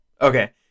Okay